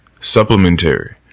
supplementary